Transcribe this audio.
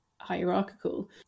hierarchical